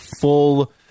full